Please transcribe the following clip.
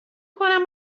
کنم